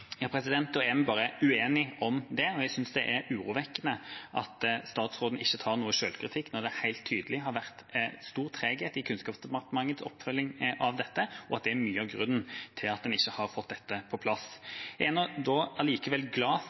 det er urovekkende at statsråden ikke tar noe selvkritikk når det helt tydelig har vært stor treghet i Kunnskapsdepartementets oppfølging av dette, og at det er mye av grunnen til at en ikke har fått dette på plass. Jeg er allikevel glad for